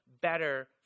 better